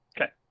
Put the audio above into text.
Okay